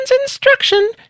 instruction